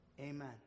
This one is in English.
Amen